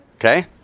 Okay